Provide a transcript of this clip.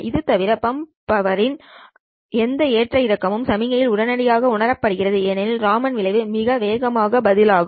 இது தவிர பம்ப் பவர்யின் எந்த ஏற்ற இறக்கமும் சமிக்ஞையில் உடனடியாக உணரப்படுகிறது ஏனெனில் ராமன் விளைவு மிக வேகமாக பதில் ஆகும்